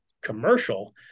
commercial